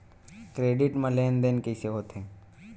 Credit मा लेन देन कइसे होथे?